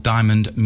Diamond